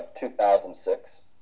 2006